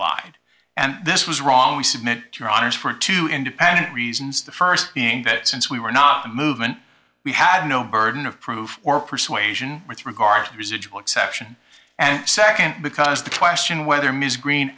lied and this was wrong we submit your honour's for two independent reasons the first being that since we were not a movement we had no burden of proof or persuasion with regard to the residual exception and second because the question whether ms green